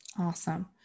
Awesome